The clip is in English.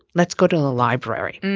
let's go to the library.